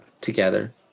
together